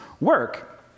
work